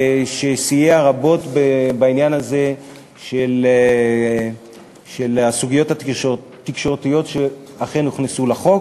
שסייע רבות בעניין הזה של הסוגיות התקשורתיות שאכן הוכנסו לחוק,